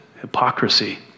Hypocrisy